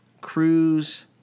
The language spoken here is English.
cruise